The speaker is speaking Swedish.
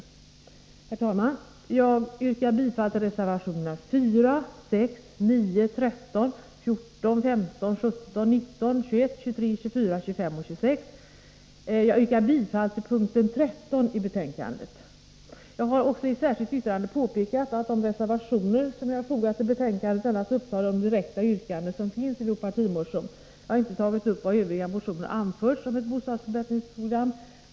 Herr talman! Jag yrkar bifall till reservationerna 4, 6, 9, 13, 14, 15, 17, 19, 21,23, 24, 25 och 26. Jag yrkar bifall till utskottets hemställan vid punkten 13 i betänkandet. I ett särskilt yttrande har jag påpekat att de reservationer som jag fogat till betänkandet endast upptar de direkta yrkanden som finns i vår partimotion. Jag har inte tagit upp vad i övriga motioner anförts om ett bostadsförbättringsprogram.